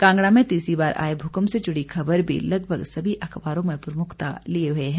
कांगड़ा में तीसरी बार आए भूकंप से जुड़ी खबर भी लगभग सभी अखबारों में प्रमुखता लिए हुए है